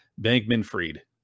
Bankman-Fried